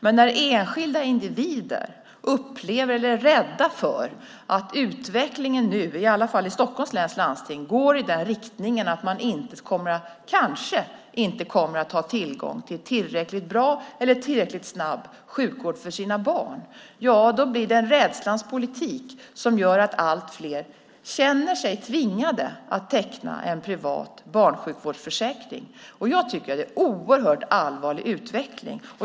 Men när enskilda individer är rädda för att utvecklingen nu, i alla fall i Stockholms läns landsting, går i den riktningen att man kanske inte kommer att ha tillgång till tillräckligt bra eller tillräckligt snabb sjukvård för sina barn blir det en rädslans politik, som gör att allt fler känner sig tvingade att teckna en privat barnsjukvårdsförsäkring. Jag tycker att det är en oerhört allvarlig utveckling.